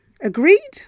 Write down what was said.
Agreed